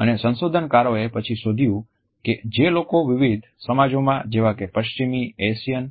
અને સંશોધનકારોએ પછી શોધ્યું કે જે લોકો વિવિધ સમાજોમાં જેવા કે પશ્ચિમી એશિયન